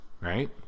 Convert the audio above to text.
Right